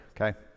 okay